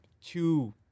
two